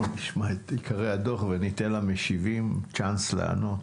בוא נשמע את עיקרי הדוח וניתן למשיבים צ'אנס לענות.